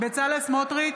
בצלאל סמוטריץ'